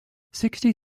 sixty